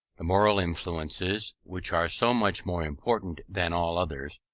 the moral influences, which are so much more important than all others,